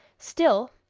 still,